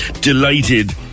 delighted